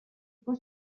cost